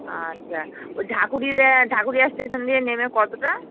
আচ্ছা ওই ঢাকুরিয়া দিয়ে ঢাকুরিয়া স্টেশন দিয়ে নেমে কতটা